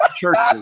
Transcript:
churches